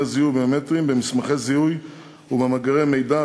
זיהוי ביומטריים במסמכי זיהוי ובמאגר מידע,